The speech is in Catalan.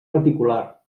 reticular